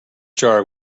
jar